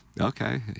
okay